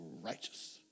righteous